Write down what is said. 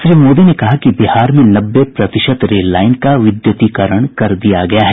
श्री मोदी ने कहा कि बिहार में नब्बे प्रतिशत रेल लाइन का विद्युतीकरण कर दिया गया है